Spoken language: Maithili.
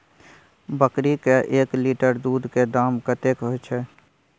बकरी के एक लीटर दूध के दाम कतेक होय छै?